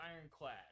ironclad